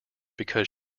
because